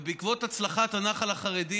ובעקבות הצלחת הנח"ל החרדי